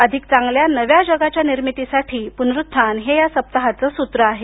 अधिक चांगल्या नव्या जगाच्या निर्मितीसाठी पुनरुत्थान हे या सप्ताहाचं सूत्र आहे